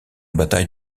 bataille